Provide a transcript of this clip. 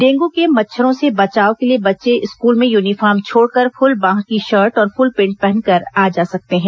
dengue के मच्छरों से बचाव के लिए बच्चे स्कूल में यूनीफॉर्म छोड़कर फुल बांह की शर्ट और फुल पैंट पहनकर जा सकते हैं